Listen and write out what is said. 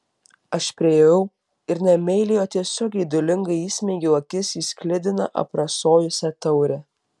aš priėjau ir ne meiliai o tiesiog geidulingai įsmeigiau akis į sklidiną aprasojusią taurę